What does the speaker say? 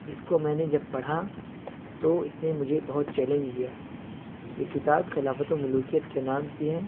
اس کو میں نے جب پڑھا تو اس نے مجھے بہت چیلینج کیا یہ کتاب خلافت و ملوکیت کے نام سے ہے